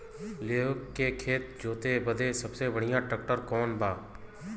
लेव के खेत जोते बदे सबसे बढ़ियां ट्रैक्टर कवन बा?